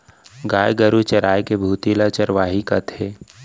गाय गरू चराय के भुती ल चरवाही कथें